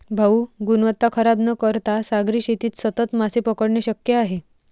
भाऊ, गुणवत्ता खराब न करता सागरी शेतीत सतत मासे पकडणे शक्य आहे